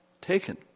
taken